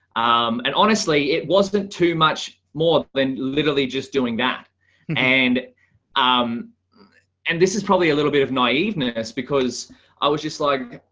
um and honestly, it wasn't too much more than literally just doing that and um and this is probably a little bit of naiveness. because i was just like,